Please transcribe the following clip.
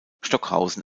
stockhausen